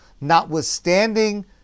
notwithstanding